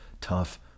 tough